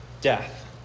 death